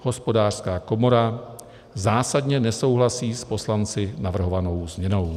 Hospodářská komora zásadně nesouhlasí s poslanci navrhovanou změnou.